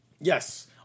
Yes